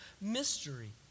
mystery